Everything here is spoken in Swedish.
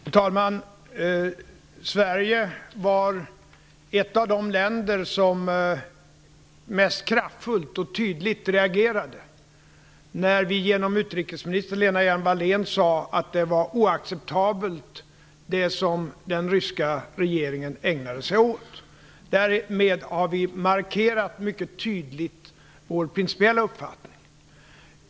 Fru talman! Sverige var ett av de länder som reagerade mest kraftfullt och tydligt, när vi genom utrikesminister Lena Hjelm-Wallén sade att det var oacceptabelt, det som den ryska regeringen ägnade sig åt. Därmed har vi markerat mycket tydligt vår principiella uppfattning.